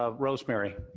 ah rosemary.